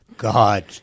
god